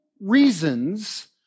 reasons